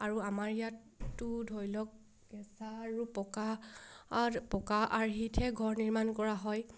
আৰু আমাৰ ইয়াতো ধৰি লওক কেঁচা আৰু পকাৰ পকা আৰ্হিতহে ঘৰ নিৰ্মাণ কৰা হয়